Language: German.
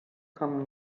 kamen